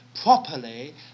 properly